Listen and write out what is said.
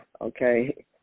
Okay